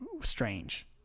strange